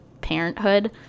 parenthood